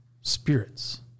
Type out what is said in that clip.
spirits